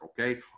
Okay